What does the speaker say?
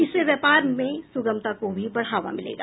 इससे व्यापार में सुगमता को भी बढ़ावा मिलेगा